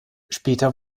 später